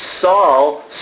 Saul